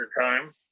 time